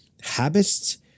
Habits